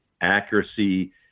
accuracy